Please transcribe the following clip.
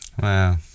Wow